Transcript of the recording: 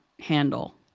handle